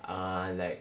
err like